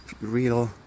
real